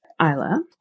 Isla